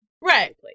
Right